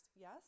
yes